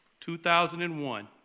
2001